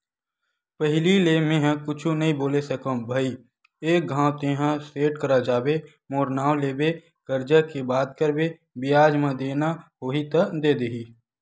पहिली ले मेंहा कुछु नइ बोले सकव भई एक घांव तेंहा सेठ करा जाबे मोर नांव लेबे करजा के बात करबे बियाज म देना होही त दे दिही